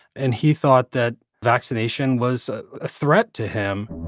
and he thought that vaccination was a threat to him